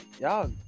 y'all